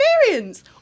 experience